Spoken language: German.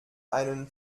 einen